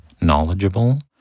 knowledgeable